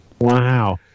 Wow